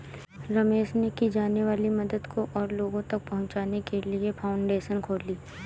रमेश ने की जाने वाली मदद को और लोगो तक पहुचाने के लिए फाउंडेशन खोली